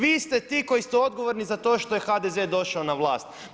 Vi ste ti koji ste odgovorni za to što je HDZ došao na vlast.